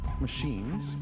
machines